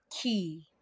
key